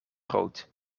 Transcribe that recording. groot